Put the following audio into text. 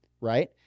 right